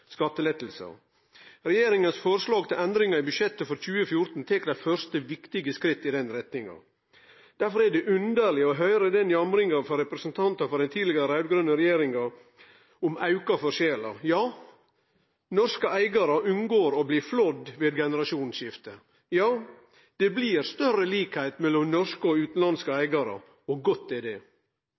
Regjeringas forslag til endringar i budsjettet for 2014 tar dei første, viktige skritta i denne retninga. Derfor er det underleg å høyre på jamringa frå representantar for den tidlegare raud-grøne regjeringa om auka forskjellar. Ja, norske eigarar unngår å bli flådde ved eit generasjonsskifte. Ja, det blir større likskap mellom norske og utanlandske eigarar – og godt er